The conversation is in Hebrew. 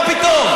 מה פתאום.